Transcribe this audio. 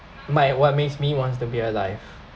my what makes me wants to be alive